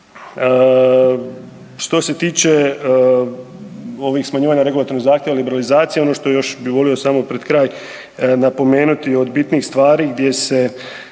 Što se tiče ovih smanjivanja regulatornih zahtjeva liberalizacije ono što još bi volio samo pred kraj napomenuti od bitnijih stvari gdje se